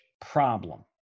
problem